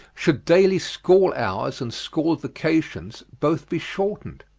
should daily school-hours and school vacations both be shortened?